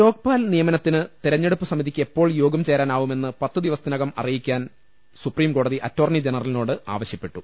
ലോക്പാൽ നിയമനത്തിന് തെരഞ്ഞെടുപ്പ് സമിതിക്ക് എപ്പോൾ യോഗം ചേരാനാവുമെന്ന് പത്തു ദിവസത്തിനകം അറിയിക്കാൻ സുപ്രീംകോടതി അറ്റോർണി ജനറലിനോട് ആവശ്യപ്പെട്ടു